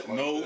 no